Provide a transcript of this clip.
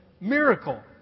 miracle